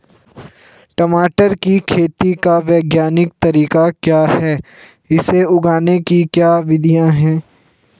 टमाटर की खेती का वैज्ञानिक तरीका क्या है इसे उगाने की क्या विधियाँ हैं?